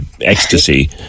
ecstasy